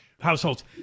households